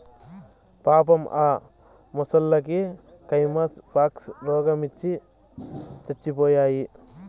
పాపం ఆ మొసల్లకి కైమస్ పాక్స్ రోగవచ్చి సచ్చిపోయాయి